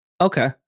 Okay